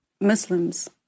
Muslims